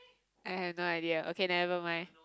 I have no idea okay never mind